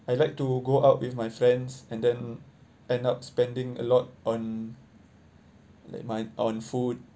I like to go out with my friends and then end up spending a lot on like my on food